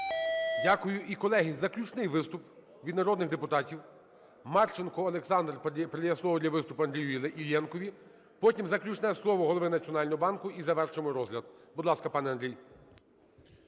Дякую. І, колеги, заключний виступ від народних депутатів. Марченко Олександр передає слово для виступу Андрію Іллєнку, потім заключне слово Голови Національного банку, і завершимо розгляд. Будь ласка, пане Андрій.